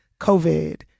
COVID